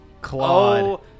Claude